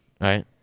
right